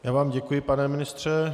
Já vám děkuji, pane ministře.